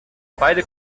beide